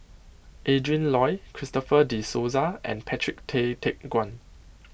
Adrin Loi Christopher De Souza and Patrick Tay Teck Guan